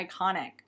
iconic